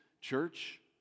church